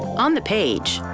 on the page,